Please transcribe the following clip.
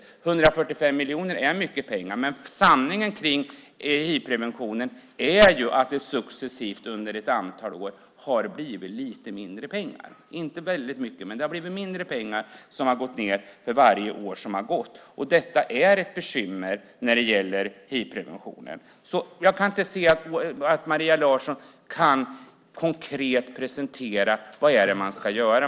145 miljoner är mycket pengar, men sanningen om hivpreventionen är att det successivt under ett antal år har blivit lite mindre pengar - inte väldigt mycket mindre, men mindre. Det har gått ned för varje år som har gått. Detta är ett bekymmer när det gäller hivpreventionen. Maria Larsson kan inte presentera konkret vad det är man ska göra.